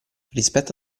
rispetto